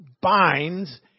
binds